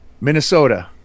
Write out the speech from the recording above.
Minnesota